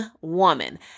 woman